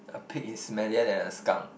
a pig is smellier than a skunk